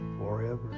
forever